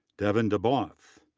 devin de both,